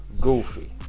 Goofy